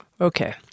Okay